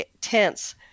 tense